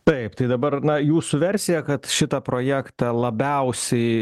taip tai dabar na jūsų versija kad šitą projektą labiausiai